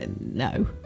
No